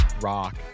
rock